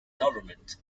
government